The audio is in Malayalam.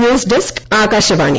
news desk Akashvani